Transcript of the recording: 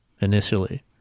initially